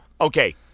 okay